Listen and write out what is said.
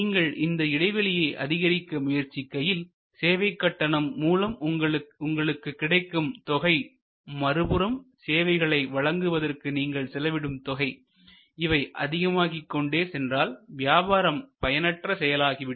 நீங்கள் இந்த இடைவெளியை அதிகரிக்க முயற்சிக்கையில் சேவைக் கட்டணம் மூலம் உங்களுக்கு கிடைக்கும் தொகை மறுபுறம் சேவைகளை வழங்குவதற்கு நீங்கள் செலவிடும் தொகை இவை அதிகமாகிக் கொண்டே சென்றால் வியாபாரத்திம் பயனற்ற செயல் ஆகிவிடும்